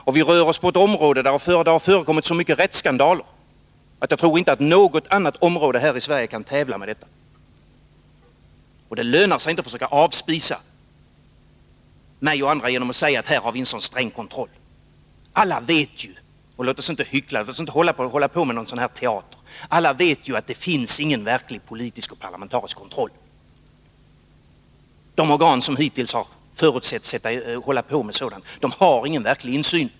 Det är ett område där det har förekommit så mycket rättsskandaler att jag inte tror att något annat område kan tävla med det här i Sverige. Det lönar sig inte att försöka avspisa mig och andra genom att säga att de här har en så sträng kontroll. Alla vet — låt oss inte hyckla, låt oss inte spela teater — att det inte finns någon verklig politisk och parlamentarisk kontroll. De organ som hittills förutsatts hålla på med sådant har ingen verklig insyn.